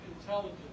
intelligence